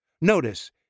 Notice